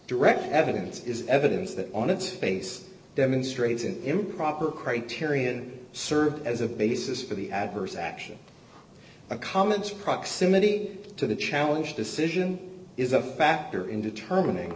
direct evidence is evidence that on its face demonstrates an improper criterion serve as a basis for the adverse action a comment proximity to the challenge decision is a factor in determining